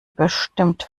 bestimmt